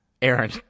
Aaron